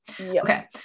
Okay